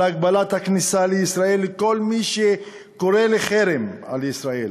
על הגבלת הכניסה לישראל של כל מי שקורא לחרם על ישראל.